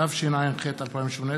התשע"ח 2018,